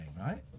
right